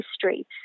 history